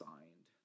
Signed